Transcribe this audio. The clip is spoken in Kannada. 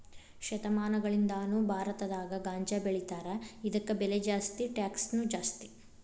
ಶತಮಾನಗಳಿಂದಾನು ಭಾರತದಾಗ ಗಾಂಜಾಬೆಳಿತಾರ ಇದಕ್ಕ ಬೆಲೆ ಜಾಸ್ತಿ ಟ್ಯಾಕ್ಸನು ಜಾಸ್ತಿ